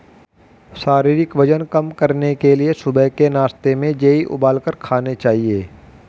शारीरिक वजन कम करने के लिए सुबह के नाश्ते में जेई उबालकर खाने चाहिए